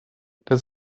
dies